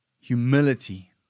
humility